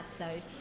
episode